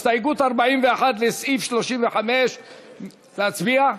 יש לנו הסתייגות 41 לסעיף 35. להצביע?